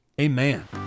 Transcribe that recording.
Amen